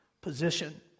Position